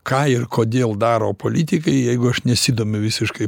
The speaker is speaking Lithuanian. ką ir kodėl daro politikai jeigu aš nesidomiu visiškai